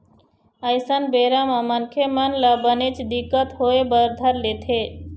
अइसन बेरा म मनखे मन ल बनेच दिक्कत होय बर धर लेथे